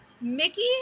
Mickey